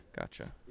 gotcha